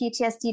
PTSD